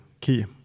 key